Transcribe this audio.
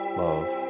love